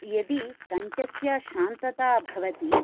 यदि कण्ठस्य शान्तता भवति